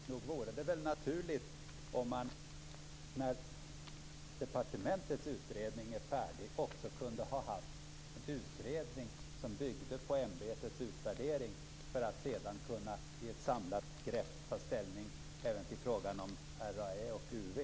Nog vore det väl naturligt om man, när departementets utredning är färdig, också kunde ha en utredning som byggde på ämbetets utvärdering för att sedan i ett samlat grepp kunna ta ställning även till frågan om RAÄ och UV.